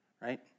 right